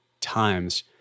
times